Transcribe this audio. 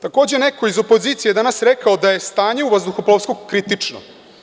Takođe, neko iz opozicije je danas rekao da je stanje u vazduhoplovstvu kritično.